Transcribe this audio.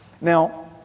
Now